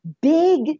big